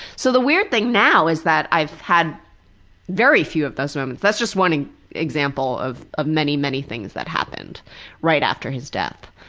so the weird thing now is that i've had very few of those moments. that's just one and example of of many, many things that happened right after his death.